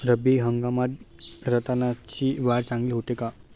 रब्बी हंगामात रताळ्याची वाढ चांगली होते का?